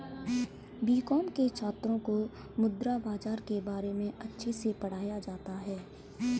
BCom के छात्रों को मुद्रा बाजार के बारे में अच्छे से पढ़ाया जाता है